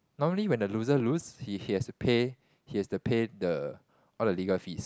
normally when the loser lose he he has to pay he has to pay the all the legal fees